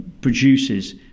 produces